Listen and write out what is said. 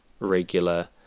Regular